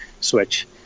switch